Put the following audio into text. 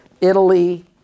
Italy